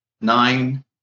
nine